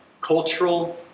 cultural